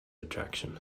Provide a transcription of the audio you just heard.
attraction